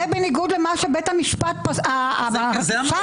בניגוד למה שבית המשפט פסק שם.